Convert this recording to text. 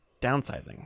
Downsizing